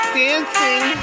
dancing